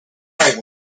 right